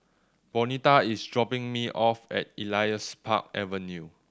Bonita is dropping me off at Elias Park Avenue